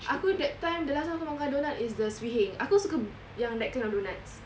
aku that time the last time aku makan doughnuts is the Swee Heng aku suka yang that kind of doughnuts